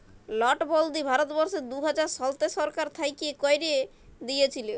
লটবল্দি ভারতবর্ষে দু হাজার শলতে সরকার থ্যাইকে ক্যাইরে দিঁইয়েছিল